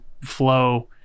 flow